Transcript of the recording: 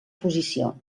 posició